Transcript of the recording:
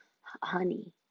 honey